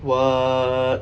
what